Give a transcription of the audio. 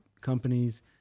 companies